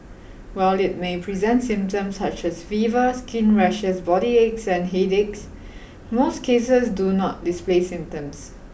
while it may present symptoms such as fever skin rashes body aches and headache most cases do not display symptoms